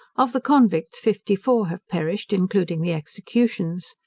of the convicts fifty-four have perished, including the executions.